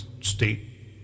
state